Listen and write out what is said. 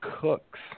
Cooks